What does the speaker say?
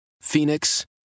Phoenix